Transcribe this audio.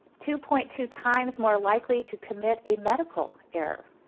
two point two times more likely to commit a medical error.